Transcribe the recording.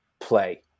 play